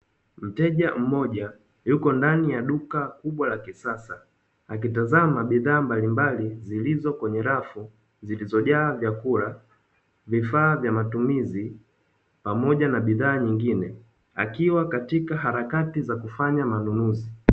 Mteja mmoja yuko ndani ya duka kubwa la kisasa, akitazama bidhaa mbalimbali zilizo kwenye rafu zilizo jaa vyakula, vifaa vya matumizi pamoja na bidhaa nyingine, akiwa katika harakati za kufanya manunuzi.